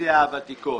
הפנסיה הוותיקות.